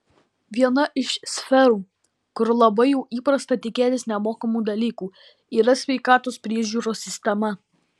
viena iš sferų kur labai jau įprasta tikėtis nemokamų dalykų yra sveikatos priežiūros sistema